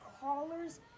callers